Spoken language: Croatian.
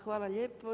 Hvala lijepo.